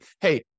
hey